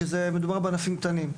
כי מדובר בענפים קטנים.